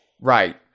Right